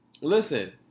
Listen